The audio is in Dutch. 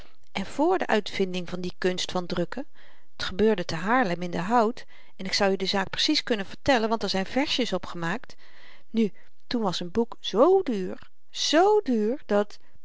en vr de uitvinding van die kunst van drukken t gebeurde te haarlem in den hout en ik zou je de zaak precies kunnen vertellen want er zyn verssies op gemaakt nu toen was n boek zoo duur z duur dat